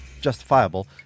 justifiable